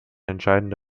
entscheidende